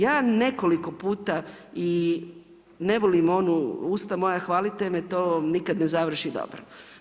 Ja nekoliko puta i ne volim onu usta moja hvalite me, to nikada ne završi dobro.